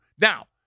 Now